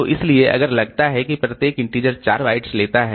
तो इसलिए अगर लगता है कि प्रत्येक इंटीचर 4 बाइट्स लेता है